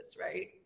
Right